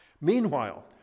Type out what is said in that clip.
Meanwhile